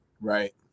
Right